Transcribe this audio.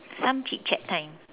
some chit chat time